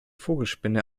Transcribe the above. vogelspinne